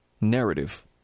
narrative